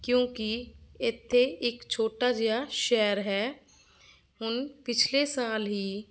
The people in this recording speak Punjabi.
ਕਿਉਂਕਿ ਇੱਥੇ ਇੱਕ ਛੋਟਾ ਜਿਹਾ ਸ਼ਹਿਰ ਹੈ ਹੁਣ ਪਿਛਲੇ ਸਾਲ ਹੀ